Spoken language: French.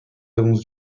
avons